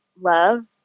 love